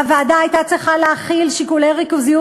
הוועדה הייתה צריכה להחיל שיקולי ריכוזיות